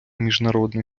міжнародний